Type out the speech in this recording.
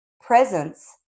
presence